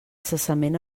cessament